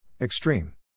Extreme